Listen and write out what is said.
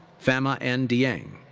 fama n. dieng.